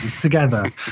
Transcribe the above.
together